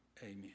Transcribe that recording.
Amen